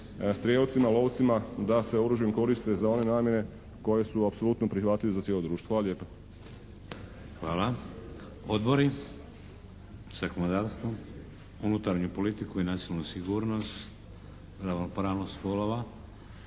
strijelcima, lovcima da se oružjem koriste za one namjene koje su apsolutno prihvatljive za cijelo društvu. Hvala lijepa. **Šeks, Vladimir (HDZ)** Hvala. Odbori? Zakonodavstvo, unutarnju politiku i nacionalnu sigurnost, ravnopravnost spolova.